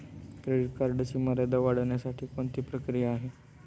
Credit कार्डची मर्यादा वाढवण्यासाठी कोणती प्रक्रिया आहे?